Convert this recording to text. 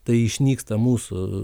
tai išnyksta mūsų